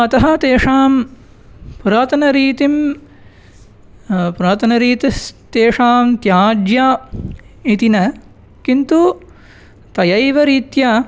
अतः तेषां पुरातनरीत्यां पुरातनरीत्यां तेषां त्याज्य इति न किन्तु तयैव रीत्या